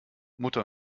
mutter